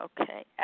Okay